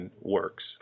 works